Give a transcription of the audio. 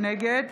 נגד